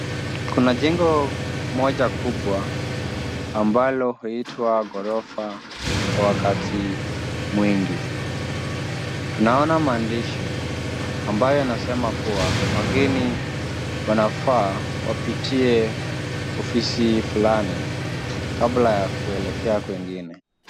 Kuna jengo moja kubwa ambalo huitwa ghorofa kwa wakati mwingi. Tunaona maandishi ambayo yanasema kuwa wageni wanafaa wapitie ofisi fulani kabla ya kuelekea kwingine.